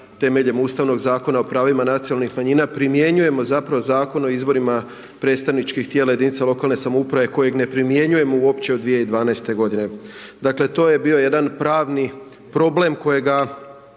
temeljem Ustavnog zakona o pravima nacionalnih manjina primjenjujemo zapravo Zakon o izborima predstavničkih tijela jedinica lokalne samouprave kojeg ne primjenjujemo uopće od 2012. godine. Dakle to je bio jedan pravni problem kojega